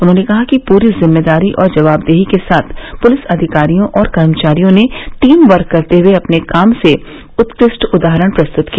उन्होंने कहा कि पूरी जिम्मेदारी और जवाबदेही के साथ पुलिस अधिकारियों और कर्मचारियों ने टीम वर्क करते हुए अपने काम से उत्कृष्ट उदाहरण प्रस्तुत किया